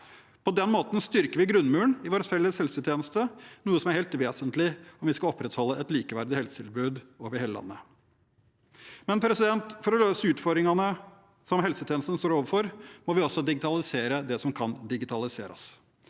På den måten styrker vi grunnmuren i vår felles helsetjeneste, noe som er helt vesentlig om vi skal opprettholde et likeverdig helsetilbud over hele landet. For å løse utfordringene som helsetjenesten står overfor, må vi også digitalisere det som kan digitaliseres.